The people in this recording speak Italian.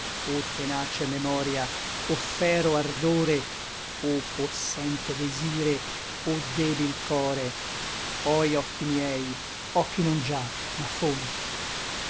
o tenace memoria o fero ardore o possente desire o debil core oi occhi miei occhi non già ma fonti